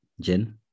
jen